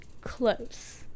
close